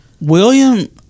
William